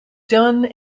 done